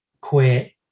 quit